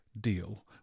deal